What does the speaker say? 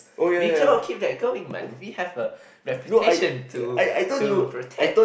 you cannot keep that going man we have a reputation to to protect